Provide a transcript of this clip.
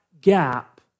gap